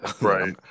right